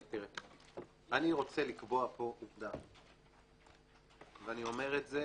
תראה, אני רוצה לקבוע פה עובדה, ואני אומר את זה